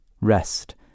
Rest